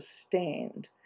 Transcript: sustained